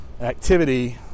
activity